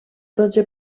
dotze